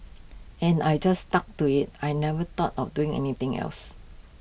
and I just stuck to IT I never thought of doing anything else